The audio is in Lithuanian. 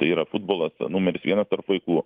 tai yra futbolas numeris vienas tarp vaikų